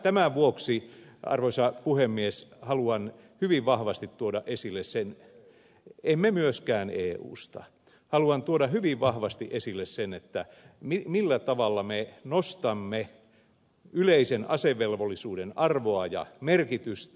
tämän vuoksi arvoisa puhemies haluan hyvin vahvasti tuoda esille sen emme myöskään eusta haluan tuoda hyvin vahvasti esille sen että millä tavalla me nostamme yleisen asevelvollisuuden arvoa ja merkitystä